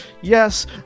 Yes